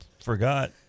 forgot